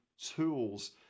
tools